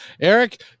eric